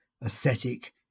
ascetic